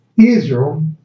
Israel